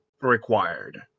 required